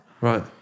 right